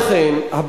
לכן,